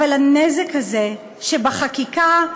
אבל הנזק הזה שבחקיקה,